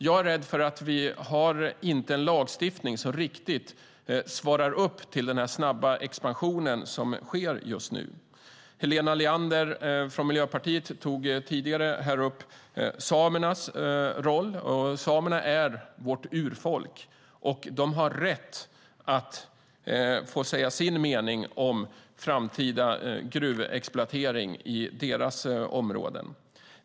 Jag är rädd för att vi inte har en lagstiftning som riktigt svarar upp till den snabba expansion som sker just nu. Helena Leander från Miljöpartiet tog tidigare upp samernas roll. Samerna är vårt urfolk. De har rätt att få säga sin mening om framtida gruvexploatering i deras områden.